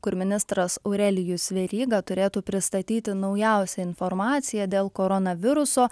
kur ministras aurelijus veryga turėtų pristatyti naujausią informaciją dėl koronaviruso